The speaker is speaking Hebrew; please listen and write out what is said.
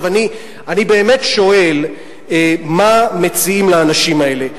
אני באמת שואל מה מציעים לאנשים האלה.